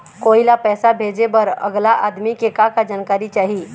कोई ला पैसा भेजे बर अगला आदमी के का का जानकारी चाही?